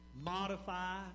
modify